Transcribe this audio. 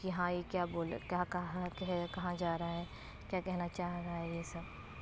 کہ ہاں یہ کیا بول رہا ہے کہاں کہا کے ہے کہاں جا رہا ہے کیا کہنا چاہ رہا ہے یہ سب